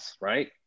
right